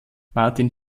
martin